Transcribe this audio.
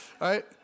Right